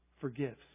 forgives